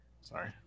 Sorry